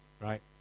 Right